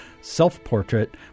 self-portrait